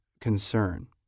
concern